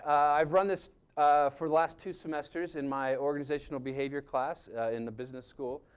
i've run this for last two semesters in my organizational behavior class in the business school.